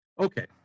okay